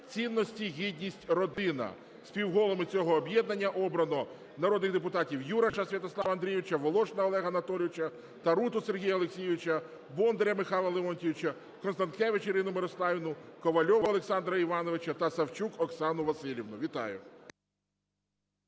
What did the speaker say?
"Цінності, гідність, родина". Співголовами цього об'єднання обрано народних депутатів Юраша Святослава Андрійовича, Волошина Олега Анатолійовича, Таруту Сергія Олексійовича, Бондаря Михайла Леонтійовича, Констанкевич Ірину Мирославівну, Ковальова Олександра Івановича та Савчук Оксану Василівну. Вітаю.